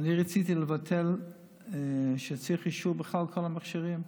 אני רציתי לבטל את זה שצריך אישור בכלל לכל המכשירים,